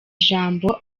ijambo